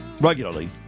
regularly